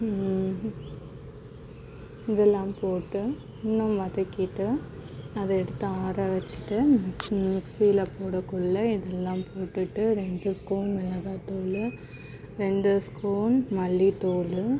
இதெல்லாம் போட்டு இன்னும் வதக்கிட்டு அதை எடுத்து ஆற வச்சுட்டு மிக்ஸில் போடறக்குள்ள இதெல்லாம் போட்டுட்டு ரெண்டு ஸ்பூன் மிளகாத்தூளு ரெண்டு ஸ்பூன் மல்லித்தூள்